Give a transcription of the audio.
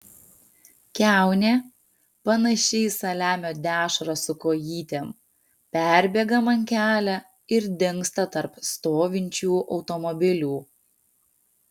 kiaunė panaši į saliamio dešrą su kojytėm perbėga man kelią ir dingsta tarp stovinčių automobilių